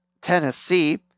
Tennessee